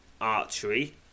Archery